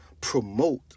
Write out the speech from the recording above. promote